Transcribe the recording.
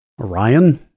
Orion